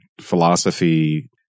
philosophy